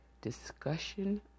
discussion